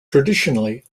traditionally